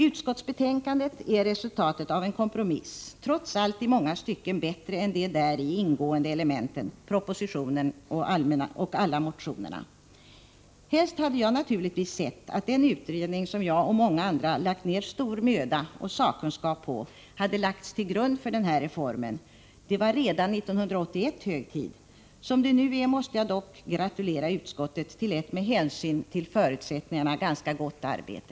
Utskottsbetänkandet är resultatet av en kompromiss, trots allt i många stycken bättre än de däri ingående elementen: propositionen och alla motionerna. Helst hade jag naturligtvis sett att den utredning som jag och många andra har lagt ned stor möda och sakkunskap på hade lagts till grund för en reform — det var redan 1981 hög tid. Som det nu är måste jag gratulera utskottet till ett med hänsyn till förutsättningarna ganska gott arbete.